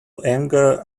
anger